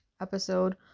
episode